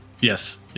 Yes